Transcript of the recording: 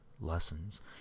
lessons